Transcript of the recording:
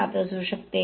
7 असू शकते